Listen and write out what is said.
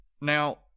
now